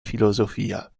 filosofia